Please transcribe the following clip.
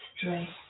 straight